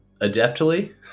adeptly